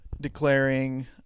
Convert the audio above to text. declaring